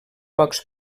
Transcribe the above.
pocs